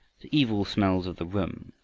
the evil smells of the room,